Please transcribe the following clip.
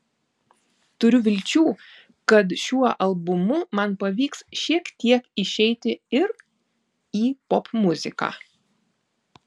turiu vilčių kad su šiuo albumu man pavyks šiek tiek išeiti ir į popmuziką